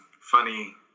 funny